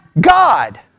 God